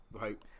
Right